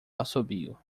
assobio